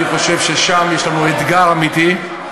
אני חושב ששם יש לנו אתגר אמיתי.